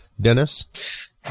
Dennis